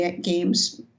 games